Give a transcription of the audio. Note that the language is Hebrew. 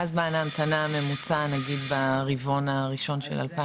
מה זמן ההמתנה הממוצע ברבעון הראשון של 2022?